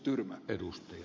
herra puhemies